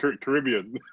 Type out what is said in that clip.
Caribbean